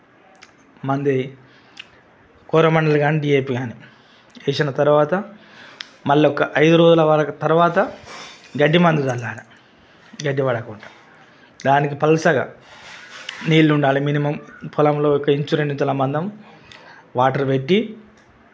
మందేయి కోరమండలి వేసిన తరవాత మళ్ళా ఒక ఐదు రోజుల వరకి తరవాత గడ్డి మందు చల్లాలి గడ్డి పడకుండా దానికి పల్చగా నీళ్ళుండాలి మినిమమ్ పొలంలో ఒక ఇంచు రెండు ఇంచుల మందం వాటర్ పెట్టి